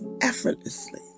effortlessly